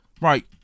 Right